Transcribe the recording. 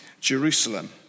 Jerusalem